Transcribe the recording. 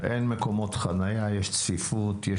אין מקומות חניה, יש צפיפות.